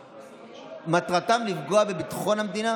מטרתם לפגוע בביטחון המדינה?